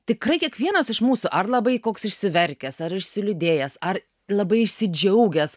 tikrai kiekvienas iš mūsų ar labai koks išsiverkęs ar išsiliūdėjęs ar labai išsidžiaugęs